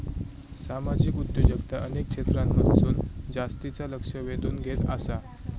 सामाजिक उद्योजकता अनेक क्षेत्रांमधसून जास्तीचा लक्ष वेधून घेत आसा